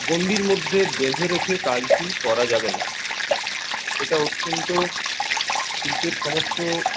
গন্ডির মধ্যে বেঁধে রেখে কাজটি করা যাবে না এটি অত্যন্ত শিল্পের সমস্ত